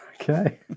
okay